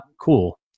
cool